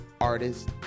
artist